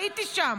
הייתי שם,